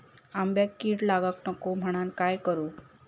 आंब्यक कीड लागाक नको म्हनान काय करू?